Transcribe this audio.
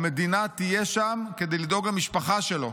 המדינה תהיה שם כדי לדאוג למשפחה שלו.